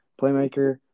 playmaker